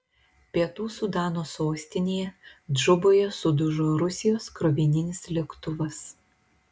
pietų sudano sostinėje džuboje sudužo rusijos krovininis lėktuvas